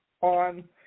on